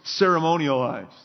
ceremonialized